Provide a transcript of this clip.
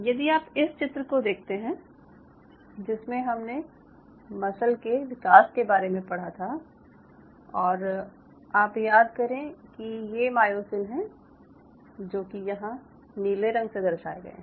यदि आप इस चित्र को देखते हैं जिसमे हमने मसल के विकास के बारे में पढ़ा था और आप याद करें कि ये मायोसिन हैं जो कि यहाँ नीले रंग से दर्शाये गए हैं